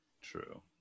true